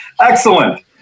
excellent